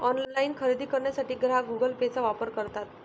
online खरेदी करण्यासाठी ग्राहक गुगल पेचा वापर करतात